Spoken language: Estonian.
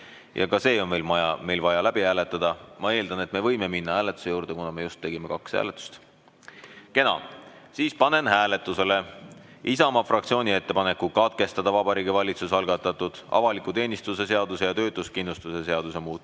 543. See on meil vaja läbi hääletada. Ma eeldan, et me võime minna hääletuse juurde, kuna me just tegime kaks hääletust? Kena. Panen hääletusele Isamaa fraktsiooni ettepaneku katkestada Vabariigi Valitsuse algatatud avaliku teenistuse seaduse ja töötuskindlustuse seaduse muutmise